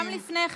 גם לפני כן.